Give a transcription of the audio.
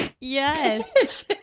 Yes